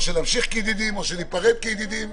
או שנמשיך כידידים או שניפרד כידידים,